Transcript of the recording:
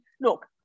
look